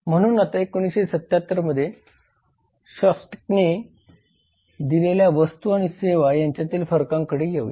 म्हणून आता 1977 मध्ये शॉस्टॅकने दिलेल्या वस्तू आणि सेवा यांच्यातील फरकांकडे येऊया